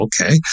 okay